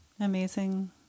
amazing